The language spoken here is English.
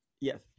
yes